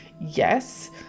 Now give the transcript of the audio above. yes